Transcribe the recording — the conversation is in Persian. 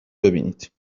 ببینید